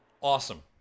awesome